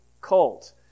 cult